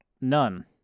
None